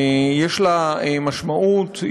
יש לה משמעות,